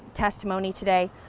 testimony today.